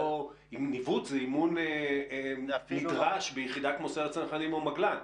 ניווט הוא אימון נדרש ביחידה כמו סיירת צנחנים או מגל"ן.